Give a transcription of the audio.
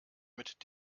mit